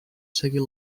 seguir